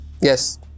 yes